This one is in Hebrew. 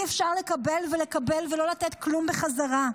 אי-אפשר לקבל ולקבל ולא לתת כלום בחזרה.